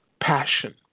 passion